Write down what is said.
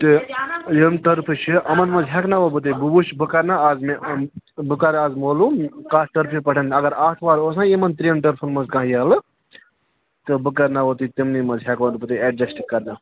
تہٕ یِم ٹٔرفہِ چھِ یِمن منٛز ہٮ۪کٕناہو بہٕ تۅہہِ بہٕ وُچھٕ بہٕ کَر نا اَز مےٚ بہٕ کَر اَز معلوٗم کَتھ ٹٔرفہِ پٮ۪ٹھن اگر آتھوارِ اوس نا یِمن ترٛٮ۪ن ٹٔرفن منٛز کانٛہہ یَلہٕ تہٕ بہٕ کَرناہو تُہۍ تِمنٕے منٛز ہٮ۪کو بہٕ تُہۍ اٮ۪ڈجسٹہٕ کَرنا